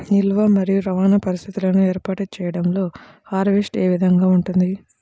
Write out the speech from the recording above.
నిల్వ మరియు రవాణా పరిస్థితులను ఏర్పాటు చేయడంలో హార్వెస్ట్ ఏ విధముగా ఉంటుంది?